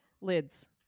Lids